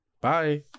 Bye